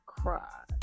cry